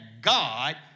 God